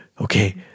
okay